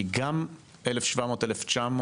כי גם 1,700 1,900,